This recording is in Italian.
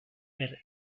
per